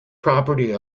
property